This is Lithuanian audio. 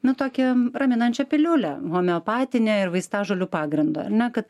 ne tokią raminančią piliulę homeopatinę ir vaistažolių pagrindo ar ne kad